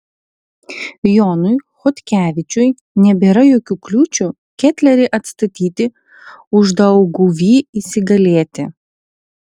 jonui chodkevičiui nebėra jokių kliūčių ketlerį atstatyti uždauguvy įsigalėti